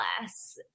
less